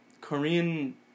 Korean